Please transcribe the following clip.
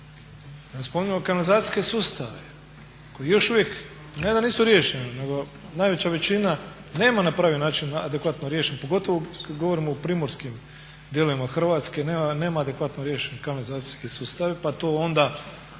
da ne spominjemo kanalizacijske sustave koji još uvijek ne da nisu riješeni, nego najveća većina nema na pravi način adekvatno riješen, pogotovo kad govorimo o primorskim dijelovima Hrvatske, nema adekvatno riješen kanalizacijski sustav pa to onda